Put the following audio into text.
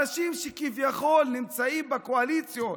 אנשים שכביכול נמצאים בקואליציות,